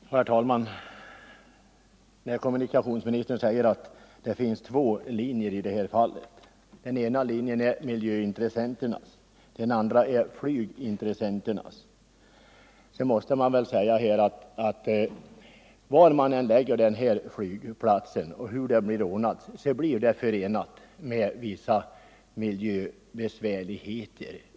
Nr 128 Herr talman! När kommunikationsministern säger att det finns två Tisdagen den olika ståndpunkter i det här fallet — miljöintressenternas och flygintres 26 november 1974 senternas — måste man väl svara att var flygplatsen än kommer att förläggas och hur den än kommer att ordnas blir det under alla förhållanden Om bibehållande vissa miljöbesvärligheter.